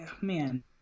man